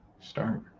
Start